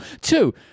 Two